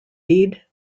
bede